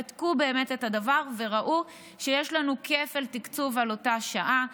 בדקו באמת את הדבר וראו שיש לנו כפל תקצוב על אותה שעה,